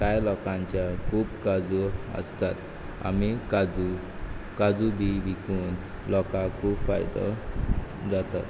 कांय लोकांच्या खूब काजू आसतात आमी काजू काजू बी विकून लोकां खूब फायदो जाता